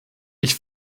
ich